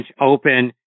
open